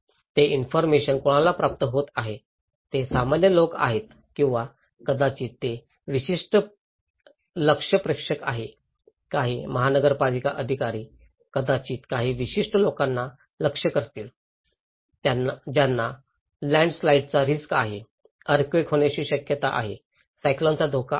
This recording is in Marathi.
हे इन्फॉरमेशन कोणाला प्राप्त होत आहे ते सामान्य लोक आहेत किंवा कदाचित ते विशिष्ट लक्ष्य प्रेक्षक आहेत काही महानगरपालिका अधिकारी कदाचित काही विशिष्ट लोकांना लक्ष्य करतील ज्यांना लँडस्लाइड चा रिस्क आहे अर्थक्वेक होण्याची शक्यता आहे सायक्लॉन चा धोका आहे